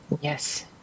Yes